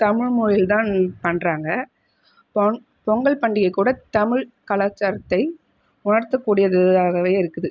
தமிழ் மொழியில் தான் பண்ணுறாங்க பொங் பொங்கல் பண்டிகை கூட தமிழ் கலாச்சாரத்தை மார்ற்ற கூடியது தாகவே இருக்குது